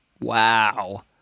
Wow